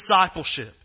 discipleship